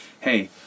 hey